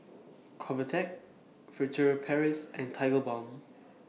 Convatec Furtere Paris and Tigerbalm